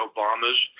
Obamas